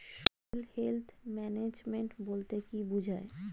Soil health management বলতে কি বুঝায়?